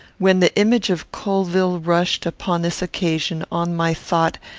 when the image of colvill rushed, upon this occasion, on my thought,